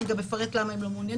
אני גם מפרט למה הם לא מעוניינים.